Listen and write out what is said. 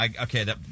Okay